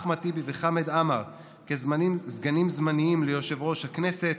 אחמד טיבי וחמד עמאר כסגנים זמניים ליושב-ראש הכנסת.